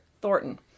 Thornton